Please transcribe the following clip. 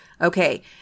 Okay